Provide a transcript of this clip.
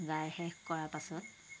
গাই শেষ কৰাৰ পাছত